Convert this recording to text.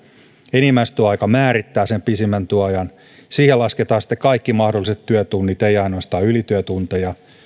enimmäistyöaika määrittää sen pisimmän työajan siihen lasketaan sitten kaikki mahdolliset työtunnit ei ainoastaan ylityötunteja